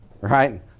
right